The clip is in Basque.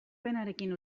penarekin